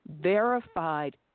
verified